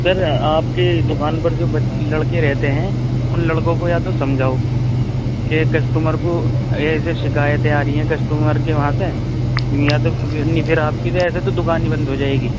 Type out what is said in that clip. سر آپ کی دکان پر جو لڑکے رہتے ہیں ان لڑکوں کو یا تو سمجھاؤ کہ کسٹمر کو شکایتیں آ رہی ہیں کسٹمر کے وہاں سے یا تو خراب آپ کی ایسے تو دکان ہی بند ہو جائے گی